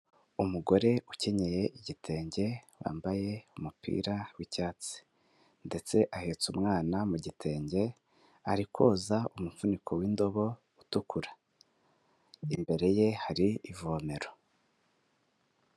Umugore ukenyeye igitenge, wambaye umupira w'icyatsi ndetse ahetse umwana mu gitenge, ari koza umufuniko w'indobo utukura, imbere ye hari ivomero.